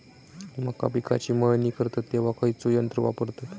मका पिकाची मळणी करतत तेव्हा खैयचो यंत्र वापरतत?